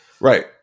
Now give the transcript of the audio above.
Right